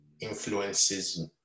influences